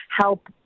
help